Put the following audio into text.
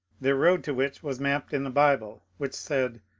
their road to which was mapped in the bible, which said,